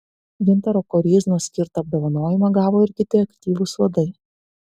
gintaro koryznos skirtą apdovanojimą gavo ir kiti aktyvūs vadai